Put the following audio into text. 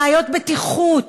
בעיות בטיחות,